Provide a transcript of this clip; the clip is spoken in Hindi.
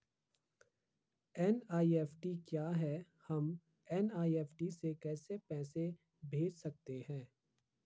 एन.ई.एफ.टी क्या है हम एन.ई.एफ.टी से कैसे पैसे भेज सकते हैं?